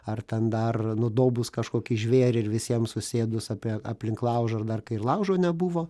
ar ten dar nudobus kažkokį žvėrį ir visiem susėdus apie aplink laužą ar dar kai ir laužo nebuvo